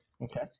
Okay